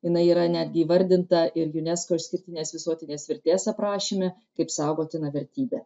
jinai yra netgi įvardinta ir unesco išskirtinės visuotinės vertės aprašyme kaip saugotina vertybė